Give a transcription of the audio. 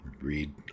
read